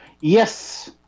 yes